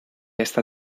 esta